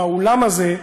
באולם הזה,